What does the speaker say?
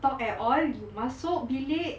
talk at all you masuk bilik